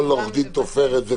כל עורך דין תופר את זה,